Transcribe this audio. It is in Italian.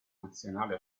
nazionale